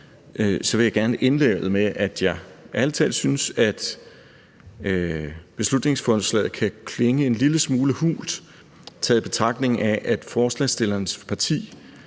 vil jeg gerne indlede med, at jeg ærlig talt synes, at beslutningsforslaget kan klinge en lille smule hult i betragtning af, at forslagsstillerens parti